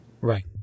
right